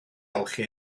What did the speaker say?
olchi